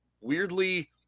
weirdly